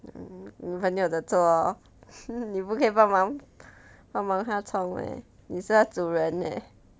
mm 你朋友的错 lor 你不可以帮忙帮忙他冲 meh 你是它主人 leh